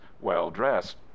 well-dressed